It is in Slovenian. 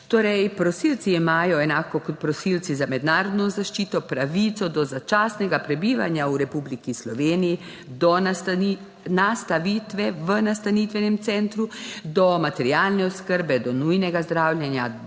Torej, prosilci imajo enako kot prosilci za mednarodno zaščito pravico do začasnega prebivanja v Republiki Sloveniji, do nastanitve v nastanitvenem centru, do materialne oskrbe, do nujnega zdravljenja,